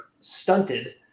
stunted